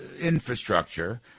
infrastructure –